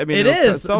i mean it is. so